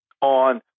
on –